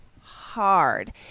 hard